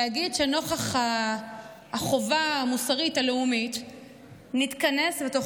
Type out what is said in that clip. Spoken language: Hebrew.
להגיד שנוכח החובה המוסרית הלאומית נתכנס ותוך